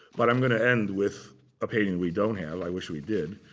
but i'm going to end with a painting we don't have, i wish we did.